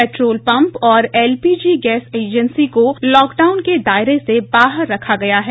petrol pump और LPG gas agency को lockdown के दायरे से बाहर रखा गया है